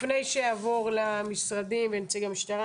לפני שאעבור למשרדים ונציג המשטרה,